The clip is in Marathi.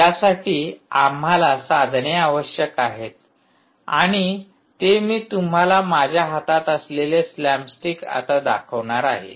त्यासाठी आम्हाला साधने आवश्यक आहेत आणि ते मी तुम्हाला माझ्या हातात असलेले स्लॅमस्टिक आता दाखवणार आहे